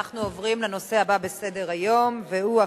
אנחנו עוברים לנושא הבא בסדר-היום, והוא: